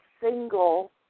single